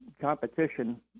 competition